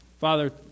Father